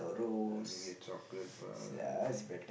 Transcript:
uh maybe a chocolate for her or something